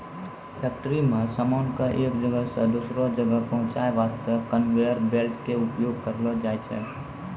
factory मॅ सामान कॅ एक जगह सॅ दोसरो जगह पहुंचाय वास्तॅ कनवेयर बेल्ट के उपयोग करलो जाय छै